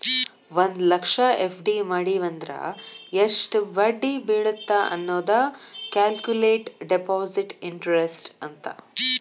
ಒಂದ್ ಲಕ್ಷ ಎಫ್.ಡಿ ಮಡಿವಂದ್ರ ಎಷ್ಟ್ ಬಡ್ಡಿ ಬೇಳತ್ತ ಅನ್ನೋದ ಕ್ಯಾಲ್ಕುಲೆಟ್ ಡೆಪಾಸಿಟ್ ಇಂಟರೆಸ್ಟ್ ಅಂತ